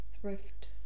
thrift